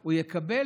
הוא יקבל.